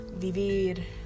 vivir